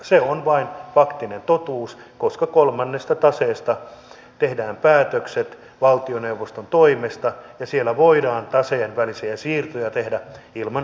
se on vain faktinen totuus koska kolmannesta taseesta tehdään päätökset valtioneuvoston toimesta ja siellä voidaan taseen välisiä siirtoja tehdä ilman eduskunnan tahtoa